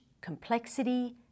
complexity